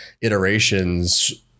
iterations –